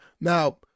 Now